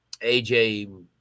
AJ